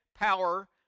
power